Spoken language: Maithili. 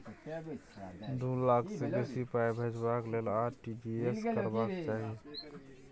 दु लाख सँ बेसी पाइ भेजबाक लेल आर.टी.जी एस करबाक चाही